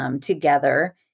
Together